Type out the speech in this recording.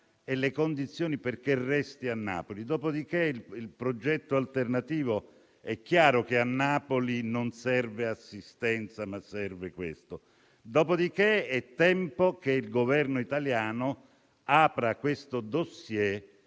e le condizioni perché resti a Napoli. Quanto al progetto alternativo, è chiaro che a Napoli non serve assistenza ma serve questo. Dopodiché, è tempo che il Governo italiano apra questo *dossier*